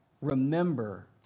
Remember